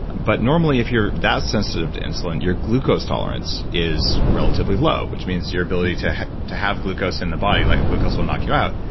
but normally if you're that sensitive to insulin, your glucose tolerance is relatively low, which means your ability to to have glucose in the body, like glucose will knock you out.